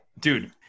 Dude